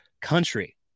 country